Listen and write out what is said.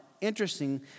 interesting